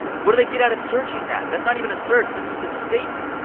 what do they get out of searching that? that's not even a search. that's just a statement.